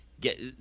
get